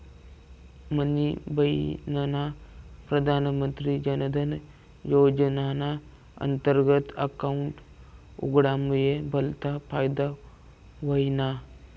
मनी बहिनना प्रधानमंत्री जनधन योजनाना अंतर्गत अकाउंट उघडामुये भलता फायदा व्हयना